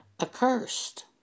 accursed